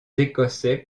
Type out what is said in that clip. écossais